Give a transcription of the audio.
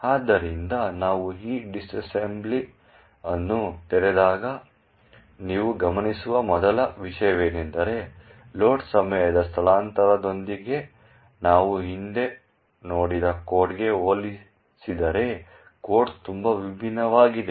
ಆದ್ದರಿಂದ ನಾವು ಈ ಡಿಸ್ಅಸೆಂಬಲ್ ಅನ್ನು ತೆರೆದಾಗ ನೀವು ಗಮನಿಸುವ ಮೊದಲ ವಿಷಯವೆಂದರೆ ಲೋಡ್ ಸಮಯದ ಸ್ಥಳಾಂತರದೊಂದಿಗೆ ನಾವು ಹಿಂದೆ ನೋಡಿದ ಕೋಡ್ಗೆ ಹೋಲಿಸಿದರೆ ಕೋಡ್ ತುಂಬಾ ವಿಭಿನ್ನವಾಗಿದೆ